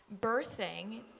birthing